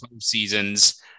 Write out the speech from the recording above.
seasons